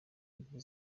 mbili